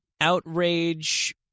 outrage